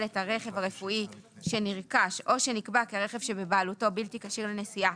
את הרכב הרפואי שנרכש או שנקבע כי הרכב שבבעלותו בלתי כשיר לנסיעה